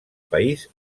país